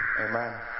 Amen